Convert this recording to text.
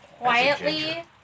quietly